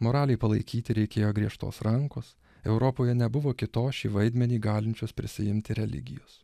moralei palaikyti reikėjo griežtos rankos europoje nebuvo kitos šį vaidmenį galinčios prisiimti religijos